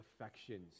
affections